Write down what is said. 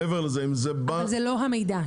אבל זה לא המידע.